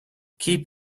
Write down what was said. keep